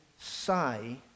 say